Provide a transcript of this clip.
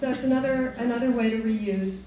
that's another another way to re